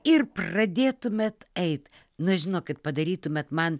ir pradėtumėt eit na žinokit padarytumėt man